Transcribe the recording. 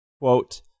Quote